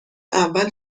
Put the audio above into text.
اول